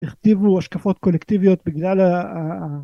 הכתיבו השקפות קולקטיביות בגלל